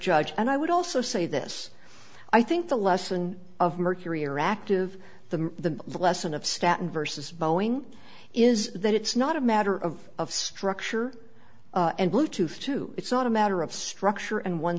judge and i would also say this i think the lesson of mercury are active the lesson of staten versus boeing is that it's not a matter of structure and bluetooth too it's not a matter of structure and one